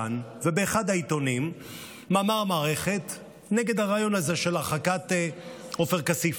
ובאחד העיתונים יש מאמר המערכת נגד הרעיון הזה של הרחקת עופר כסיף,